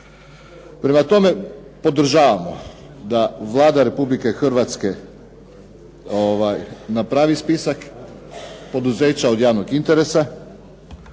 Prema tome, podržavamo da Vlada Republike Hrvatske napravi spisak poduzeća od javnog interesa.